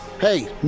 hey